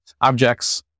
objects